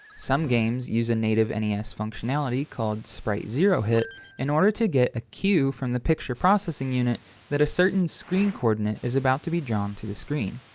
some games use a native nes functionality called sprite zero hit in order to get a cue from the picture processing unit that a certain screen coordinate is about to be drawn to the screen.